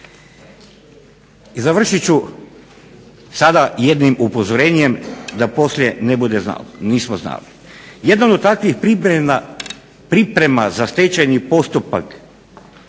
I završit ću sada jednim upozorenjem da poslije ne bude nismo znali. Jedan od takvih priprema za stečajni postupak